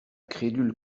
crédule